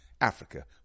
Africa